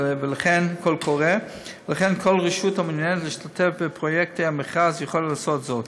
ולכן כל רשות המעוניינת להשתתף בפרויקטי המכרז יכולה לעשות זאת.